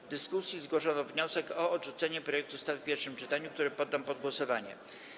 W dyskusji zgłoszono wniosek o odrzucenie projektu ustawy w pierwszym czytaniu, który poddam pod głosowanie.